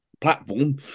platform